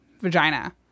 vagina